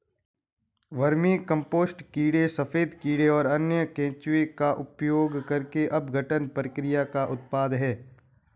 vermicompost कीड़े सफेद कीड़े और अन्य केंचुए का उपयोग करके अपघटन प्रक्रिया का उत्पाद है